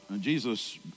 Jesus